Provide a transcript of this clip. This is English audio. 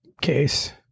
case